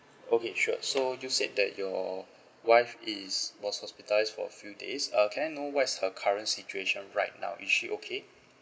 okay sure so you said that your wife is was hospitalised for a few days uh can know what is her current situation right now is she okay